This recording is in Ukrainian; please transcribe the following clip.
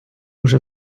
уже